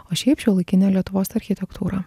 o šiaip šiuolaikinę lietuvos architektūrą